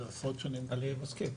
זה לפחות שנדע להיות נוסקים.